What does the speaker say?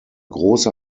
große